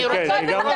כן כן.